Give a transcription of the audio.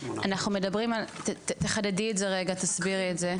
אנחנו מדברים על, תחדדי את זה רגע, תסבירי את זה.